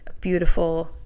beautiful